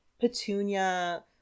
petunia